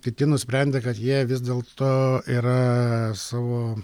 kiti nusprendė kad jie vis dėlto yra savo